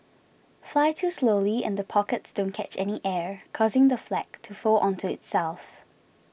fly too slowly and the pockets don't catch any air causing the flag to fold onto itself